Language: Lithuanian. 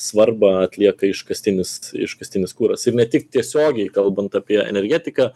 svarbą atlieka iškastinis iškastinis kuras ir ne tik tiesiogiai kalbant apie energetiką